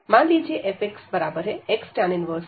मान लीजिए fx tan 1x 1x413 integrand है